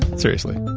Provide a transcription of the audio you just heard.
seriously.